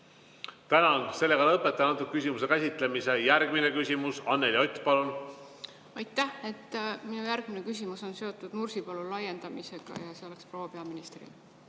Tänan! Lõpetan selle küsimuse käsitlemise. Järgmine küsimus. Anneli Ott, palun! Aitäh! Minu järgmine küsimus on seotud Nursipalu laiendamisega ja see on proua peaministrile.